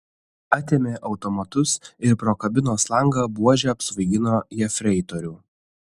atėmė automatus ir pro kabinos langą buože apsvaigino jefreitorių